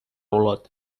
olot